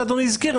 כפי שאדוני הזכיר,